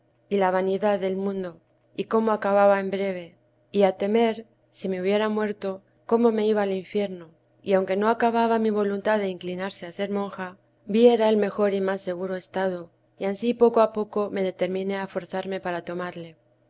y la vanidad del mundo y cómo acababa en breve y a temer si me hubiera muerto cómo me iba al infierno y aunque no acababa mi voluntad de inclinarse a ser monja vi era el mejor y más seguro estado y ansí poco a poco me determiné a forzarme para tomarle